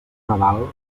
nadal